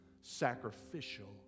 sacrificial